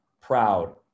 Proud